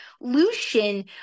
lucian